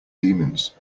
demons